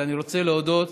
אבל אני רוצה להודות